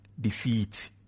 defeat